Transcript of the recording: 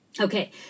Okay